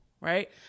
right